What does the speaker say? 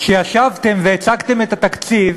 שישבתם והצגתם את התקציב,